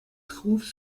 trouve